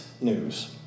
news